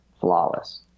flawless